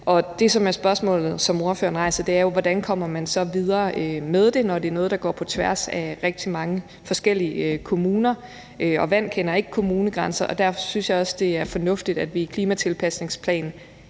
Det spørgsmål, som ordføreren rejser, er, hvordan man så kommer videre med det, når det er noget, der går på tværs af rigtig mange forskellige kommuner. Vand kender ikke kommunegrænser, og derfor synes jeg også, det er fornuftigt, at vi i klimatilpasningsplan